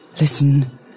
Listen